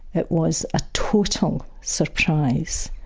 it was a total surprise.